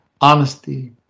honesty